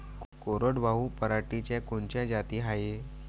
कोरडवाहू पराटीच्या कोनच्या जाती हाये?